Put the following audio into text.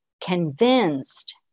convinced